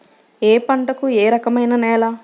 ఏ పంటకు ఏ రకమైన నేల?